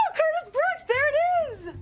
curtis brooks! there it is!